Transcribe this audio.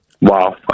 Wow